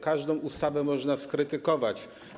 Każdą ustawę można skrytykować.